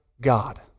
God